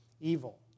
evil